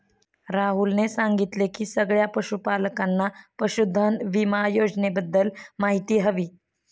राहुलने सांगितले की सगळ्या पशूपालकांना पशुधन विमा योजनेबद्दल माहिती हवी